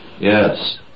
Yes